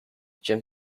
jim